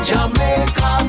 Jamaica